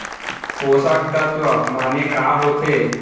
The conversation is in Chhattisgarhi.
पोसक तत्व माने का होथे?